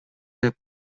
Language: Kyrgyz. деп